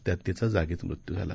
त्याततिचाजागीचमृत्यूझाला